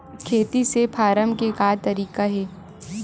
खेती से फारम के का तरीका हे?